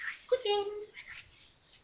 kucing